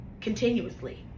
continuously